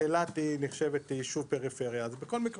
אילת נחשבת ליישוב פריפריה והוא בכל מקרה